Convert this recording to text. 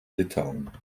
litauen